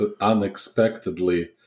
unexpectedly